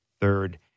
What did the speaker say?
third